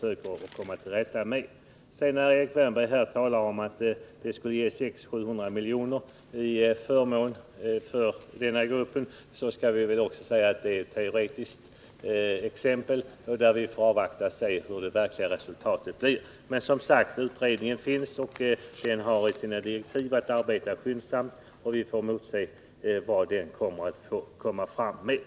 När Erik Wärnberg säger att de nuvarande reglerna på ett år skulle ha gett 600 å 700 milj.kr. i förmåner för denna grupp, bör det sägas att det är ett teoretiskt exempel. Vi får avvakta och se vilket det verkliga resultatet blir. Utredningen arbetar, och den har enligt sina direktiv att arbeta skyndsamt. Vi får alltså avvakta och se vad utredningen kommer fram till.